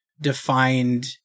defined